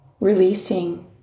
releasing